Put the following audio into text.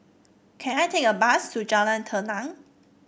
can I take a bus to Jalan Tenang